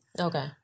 Okay